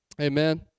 Amen